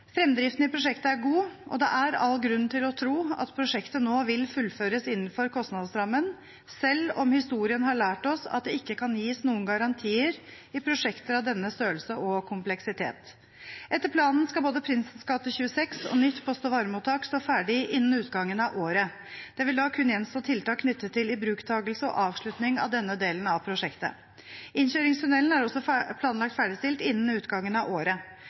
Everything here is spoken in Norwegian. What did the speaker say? Fremdriften i prosjektet er god, og det er all grunn til å tro at prosjektet nå vil fullføres innenfor kostnadsrammen, selv om historien har lært oss at det ikke kan gis noen garantier i prosjekter av denne størrelse og kompleksitet. Etter planen skal både Prinsens gate 26 og nytt post- og varemottak stå ferdig innen utgangen av året. Det vil da kun gjenstå tiltak knyttet til ibruktagelse og avslutning av denne delen av prosjektet. Innkjøringstunnelen er også planlagt ferdigstilt innen utgangen av året.